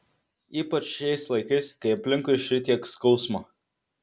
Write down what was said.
ypač šiais laikais kai aplinkui šitiek skausmo